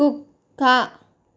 కుక్క